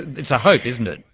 it's a hope, isn't it.